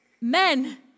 Men